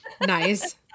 Nice